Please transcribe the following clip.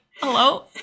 hello